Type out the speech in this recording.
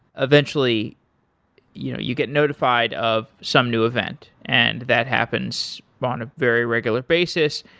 eventually you know you get notified of some new event, and that happens on a very regular basis.